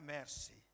mercy